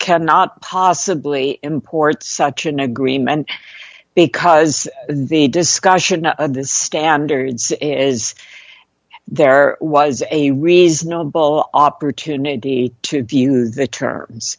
cannot possibly import such an agreement because the discussion of the standards is there was a reasonable opportunity to view the terms